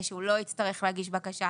שהוא לא יצטרך להגיש בקשה,